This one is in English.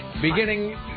Beginning